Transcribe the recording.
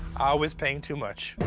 was paying too much.